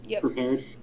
prepared